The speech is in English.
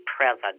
present